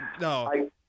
no